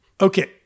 Okay